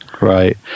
Right